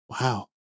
Wow